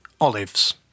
olives